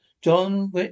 John